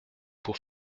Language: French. pour